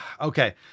Okay